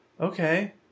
Okay